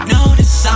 Notice